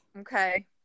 okay